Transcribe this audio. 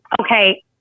okay